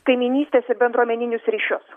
kaimynystės ir bendruomeninius ryšius